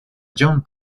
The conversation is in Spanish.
john